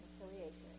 reconciliation